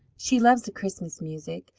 she loves the christmas music.